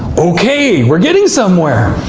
okay, we're getting somewhere!